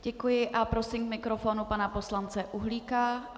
Děkuji a prosím k mikrofonu pana poslance Uhlíka.